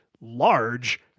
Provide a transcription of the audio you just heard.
large